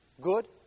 good